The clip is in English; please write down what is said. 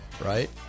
right